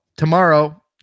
Tomorrow